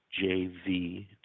jv